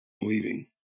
leaving